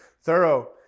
thorough